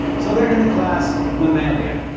so they're in the class mammalia.